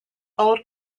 old